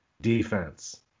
Defense